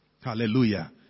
Hallelujah